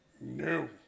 No